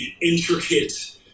intricate